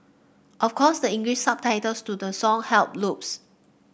of course the English subtitles to the song helped loads